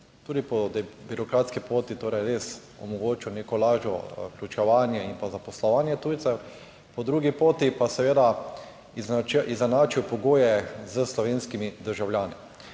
tudi po birokratski poti torej res omogočil neko lažjo vključevanje in pa zaposlovanje tujcev. Po drugi poti pa seveda izenačil pogoje s slovenskimi državljani.